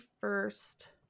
first